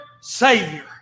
Savior